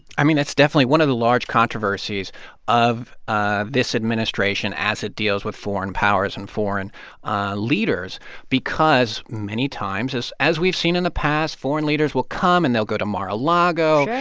i mean, that's definitely one of the large controversies of ah this administration as it deals with foreign powers and foreign leaders because many times, as as we've seen in the past, foreign leaders will come and they'll go to mar a lago.